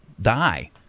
die